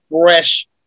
fresh